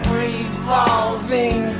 revolving